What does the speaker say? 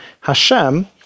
Hashem